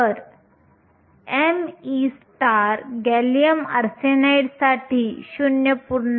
तर me gallium arsenide साठी 0